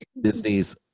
Disney's